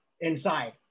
inside